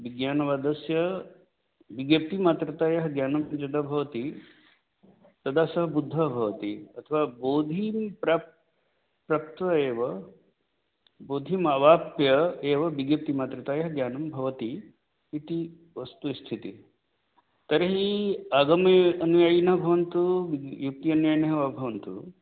विज्ञानवादस्य विज्ञप्तिमात्रतया ज्ञानं यदा भवति तदा सः बुद्धः भवति अथवा बोधिं प्राप् प्राप्य एव बोधिम् अवाप्य एव विज्ञप्तिमात्रताया ज्ञानं भवति इति वस्तुस्थितिः तर्हि आगमे अनुयायिनः भवन्तु युक्ति अनुयायिनः वा भवन्तु